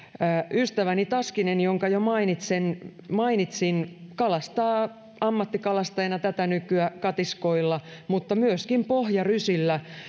ystäväni taskinen jonka jo mainitsin kalastaa ammattikalastajana tätä nykyä katiskoilla mutta myöskin pohjarysillä